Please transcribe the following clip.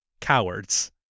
Cowards